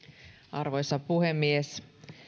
arvoisa puhemies